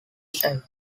style